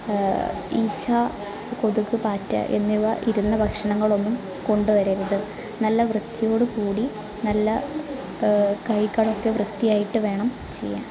ഈച്ച കൊതുക് പാറ്റ എന്നിവ ഇരുന്ന ഭക്ഷണങ്ങളൊന്നും കൊണ്ടുവരരുത് നല്ല വൃത്തിയോട് കൂടി നല്ല കൈകൾ ഒക്കെ വൃത്തിയായിട്ട് വേണം ചെയ്യാൻ